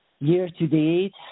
year-to-date